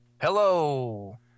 Hello